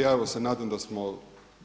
Ja se nadam da smo